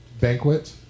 banquet